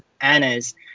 Anna's